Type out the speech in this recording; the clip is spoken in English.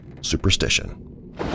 superstition